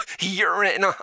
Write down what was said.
urine